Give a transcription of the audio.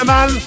Man